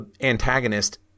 antagonist